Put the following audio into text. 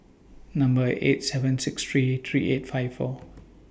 Number eight seven six three three eight five four